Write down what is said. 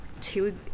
two